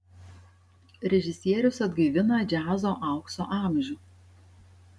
režisierius atgaivina džiazo aukso amžių